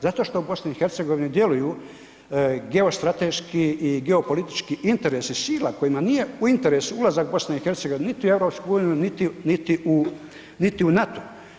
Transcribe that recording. Zato što u BiH djeluju geostrateški i geopolitički interesi sila kojima nije u interesu ulazak BiH niti u EU niti u NATO.